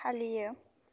फालियो